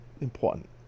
important